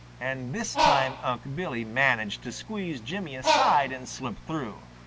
and this time unc' billy managed to squeeze jimmy aside and slip through.